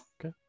Okay